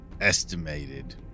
estimated